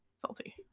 salty